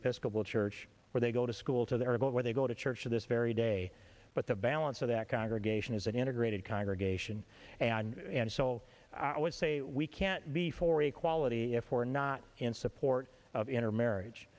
episcopal church where they go to school to there about where they go to church to this very day but the balance of that congregation is an integrated congregation and so i would say we can't be for equality afford not in support of intermarriage